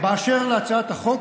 --- אשר להצעת החוק,